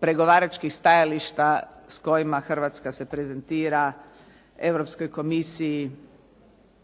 pregovaračkih stajališta s kojima se Hrvatska prezentira Europskoj komisiji